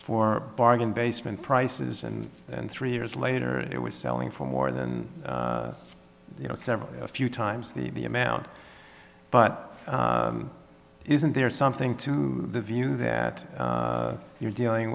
for bargain basement prices and then three years later it was selling for more than you know several a few times the amount but isn't there something to the view that you're dealing